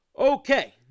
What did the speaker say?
Okay